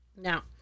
Now